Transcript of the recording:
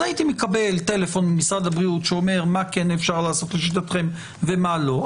הייתי מקבל טלפון ממשרד הבריאות שאומר מה כן אפשר לעשות לשיטתכם ומה לא,